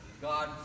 God